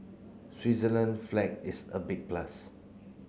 Switzerland flag is a big plus